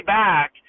back